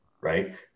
right